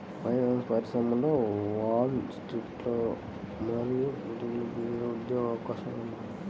finance పరిశ్రమలో wall స్ట్రీట్లో మరియు వెలుపల వివిధ ఉద్యోగ అవకాశాలు ఉన్నాయి